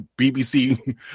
BBC